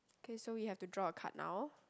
K so we have to draw a card now